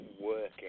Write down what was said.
working